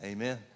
Amen